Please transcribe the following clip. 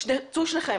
צאו שניכם.